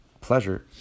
pleasure